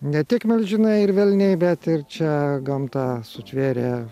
ne tik milžinai ir velniai bet ir čia gamta sutvėrė